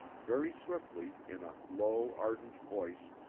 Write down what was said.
very swiftly, in a low ardent voice,